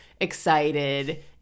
excited